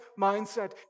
mindset